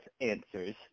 answers